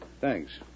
Thanks